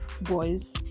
boys